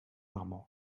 marmande